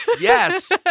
Yes